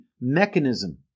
mechanism